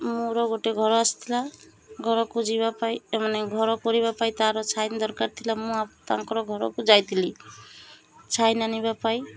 ମୋର ଗୋଟେ ଘର ଆସିଥିଲା ଘରକୁ ଯିବା ପାଇଁ ଏ ମାନେ ଘର କରିବା ପାଇଁ ତାର ସାଇନ୍ ଦରକାର ଥିଲା ମୁଁ ତାଙ୍କର ଘରକୁ ଯାଇଥିଲି ସାଇନ୍ ଆଣିବା ପାଇଁ